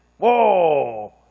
Whoa